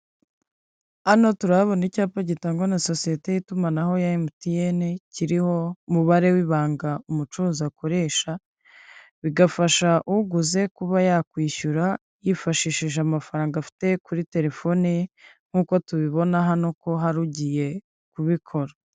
Hano turahabona icyapa gitangwa na sosiyete y'itumanaho ya Emutiyene, kiriho umubare w'ibanga umucuruzi akoresha, bigafasha uguze kuba yakwishyura yifashishije amafaranga afite kuri telefoni ye, nkuko tubibona hano ko hari ugiye kubikora.